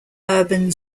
urban